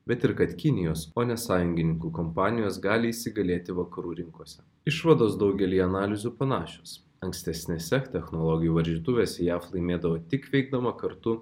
bet ir kad kinijos o ne sąjungininkų kompanijos gali įsigalėti vakarų rinkose išvados daugelyje analizių panašios ankstesnėse technologijų varžytuvės jav laimėdavo tik veikdama kartu